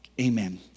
Amen